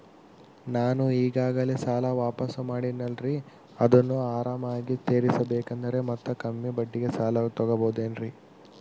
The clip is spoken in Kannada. ನಾನು ಈಗಾಗಲೇ ಸಾಲ ವಾಪಾಸ್ಸು ಮಾಡಿನಲ್ರಿ ಅದನ್ನು ಆರಾಮಾಗಿ ತೇರಿಸಬೇಕಂದರೆ ಮತ್ತ ಕಮ್ಮಿ ಬಡ್ಡಿಗೆ ಸಾಲ ತಗೋಬಹುದೇನ್ರಿ?